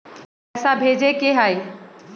पैसा भेजे के हाइ?